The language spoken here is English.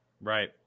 Right